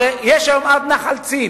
היום יש עד נחל-צין.